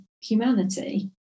humanity